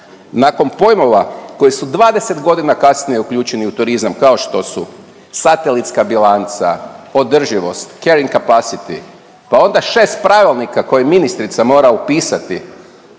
nakon pojmova koji su 20.g. kasnije uključeni u turizam, kao što su satelitska bilanca, održivost,…/Govornik se ne razumije./…, pa onda 6 pravilnika koje ministrica mora upisati